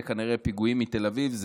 אלה כנראה פיגועים מתל אביב,